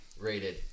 rated